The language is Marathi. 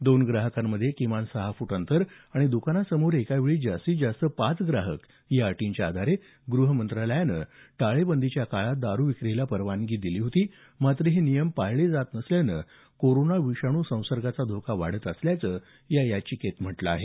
दोन ग्राहकांमध्ये किमान सहा फूट अंतर आणि दुकानसमोर एकावेळी जास्तीत जास्त पाच ग्राहक या अटींच्याआधारे गृहमंत्रालयानं टाळेबंदीच्या काळात दारूविक्रीला परवानगी दिली होती मात्र हे नियम पाळले जात नसल्यानं कोरोना विषाणू संसर्गाचा धोका वाढत असल्याचं या याचिकेत म्हटलं आहे